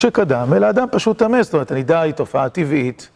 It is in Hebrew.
שקדם, אלא האדם פשוט טמא, זאת אומרת, הנידה היא תופעה טבעית.